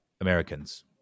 Americans